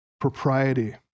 propriety